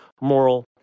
moral